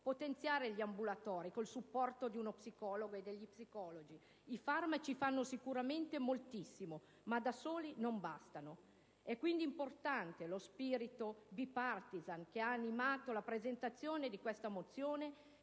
potenziare gli ambulatori con il supporto degli psicologi. I farmaci fanno sicuramente moltissimo, ma da soli non bastano. Quindi, è importante lo spirito *bipartisan* che ha animato la presentazione di questa mozione,